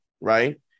right